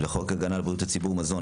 לחוק הגנה על בריאות הציבור (מזון),